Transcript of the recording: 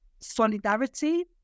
solidarity